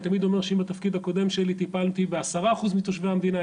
אני תמיד אומר שאם בתפקיד הקודם שלי טיפלתי בעשרה אחוז מתושבי המדינה,